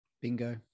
bingo